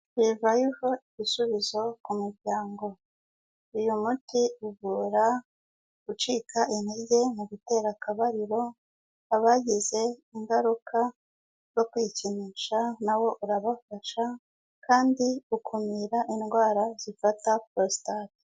Revive Igisubizo k'umuryango. Uyu muti uvura gucika intege mu gutera akabariro, abagize ingaruka zo kwikinisha na bo urabafasha, kandi ukumira indwara zifata prostate.